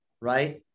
right